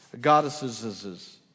goddesses